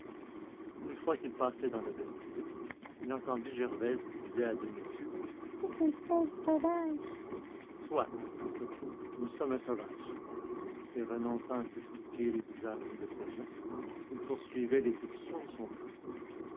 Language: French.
une fois qu'il passait dans le vestibule il entendit gervaise qui disait à deux messieurs c'est un tel sauvage soit pensa-t-il nous sommes un sauvage et renonçant à s'expliquer les bizarreries de ces gens il poursuivait l'exécution de son plan